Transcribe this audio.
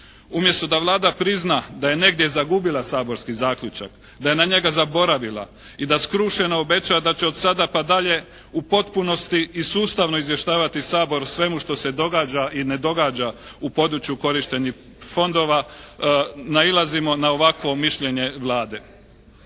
Umjesto da Vlada prizna da je negdje zagubila saborski zaključak, da je na njega zaboravila i da skrušeno obeća da će od sada pa dalje u potpunosti i sustavno izvještavati Sabor o svemu što se događa i ne događa u području korištenja fondova nailazimo na ovakvo mišljenje Vlade.